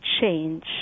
change